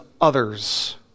others